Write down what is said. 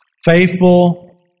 Faithful